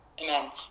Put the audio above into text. Amen